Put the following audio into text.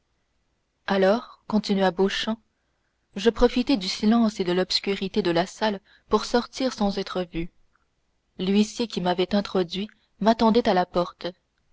alors continua beauchamp je profitai du silence et de l'obscurité de la salle pour sortir sans être vu l'huissier qui m'avait introduit m'attendait à la porte